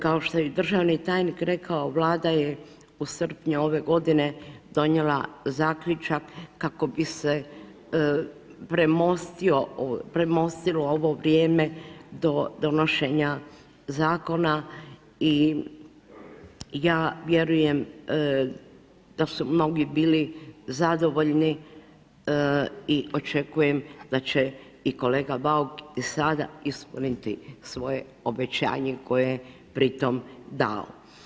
Kao što je i državni tajnik rekao, Vlada je u srpnju ove godine donijela zaključak kako bi se premostilo ovo vrijeme donošenja zakona i ja vjerujem da su mnogi bili zadovoljni i očekujem da će i kolega Bauk i sada ispuniti svoje obećanje koje je pritom dao.